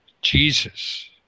Jesus